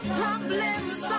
problems